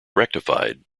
rectified